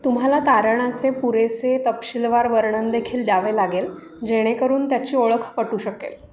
तुम्हाला तारणाचे पुरेसे तपशीलवार वर्णन देखील द्यावे लागेल जेणेकरून त्याची ओळख पटू शकेल